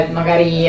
magari